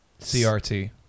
CRT